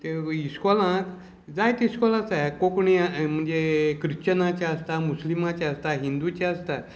तें इस्कॉलांत जायतीं इश्कोलां आसा एक कोंकणी म्हणजे क्रिश्चनाचें आसता मुस्लिमाचें आसता हिंदूचें आसता